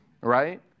right